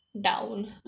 down